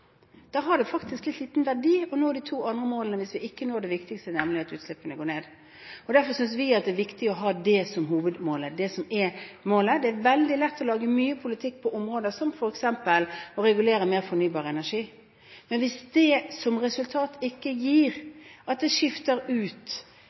Da har det faktisk litt liten verdi å nå de to andre målene, hvis vi ikke når det viktigste, nemlig at utslippene går ned. Derfor synes vi det er viktig å ha det som hovedmålet – at det er det som er målet. Det er veldig lett å lage mye politikk på områder som f.eks. å regulere mer fornybar energi. Men hvis det ikke gir som resultat